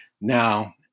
Now